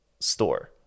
store